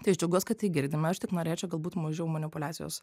tai aš džiaugiuos kad tai girdime aš tik norėčiau galbūt mažiau manipuliacijos